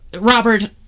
Robert